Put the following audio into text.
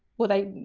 well they,